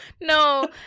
no